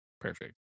Perfect